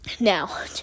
Now